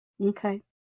Okay